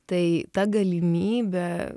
tai ta galimybė